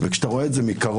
כשאתה רואה את זה מקרוב,